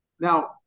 Now